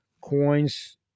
coins